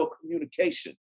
communication